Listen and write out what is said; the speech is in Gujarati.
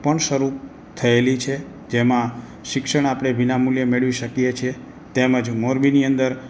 પણ શરૂ થયેલી છે જેમાં શિક્ષણ આપણે વિના મૂલ્યે મેળવી શકીએ છે તેમજ મોરબીની અંદર